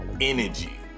energy